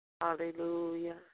Hallelujah